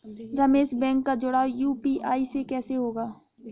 Ramesh bank का जुड़ाव UPI से कैसे होगा?